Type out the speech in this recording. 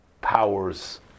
powers